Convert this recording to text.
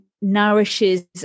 nourishes